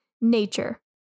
Nature